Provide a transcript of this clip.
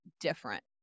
different